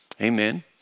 amen